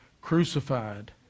crucified